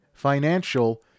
financial